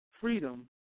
freedom